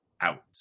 out